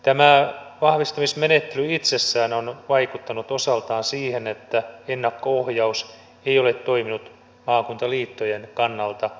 tämä vahvistamismenettely itsessään on vaikuttanut osaltaan siihen että ennakko ohjaus ei ole toiminut maakuntaliittojen kannalta hyvin